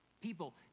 people